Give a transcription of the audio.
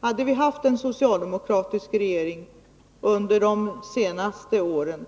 Hade vi haft en socialdemokratisk regering under de senaste åren,